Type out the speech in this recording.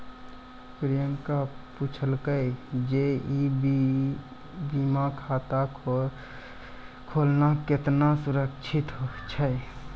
प्रियंका पुछलकै जे ई बीमा खाता खोलना केतना सुरक्षित छै?